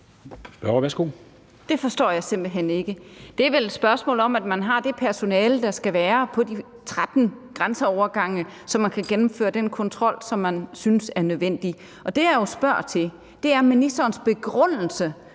Det forstår jeg simpelt hen ikke. Det er vel et spørgsmål om, at man har det personale, der skal være på de 13 grænseovergange, så man kan gennemføre den kontrol, som man synes er nødvendig. Det, jeg jo spørger til, er ministerens begrundelse